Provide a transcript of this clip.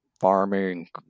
farming